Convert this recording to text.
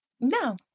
No